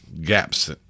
gaps